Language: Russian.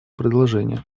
предложение